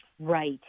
Right